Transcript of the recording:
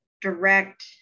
direct